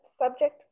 subject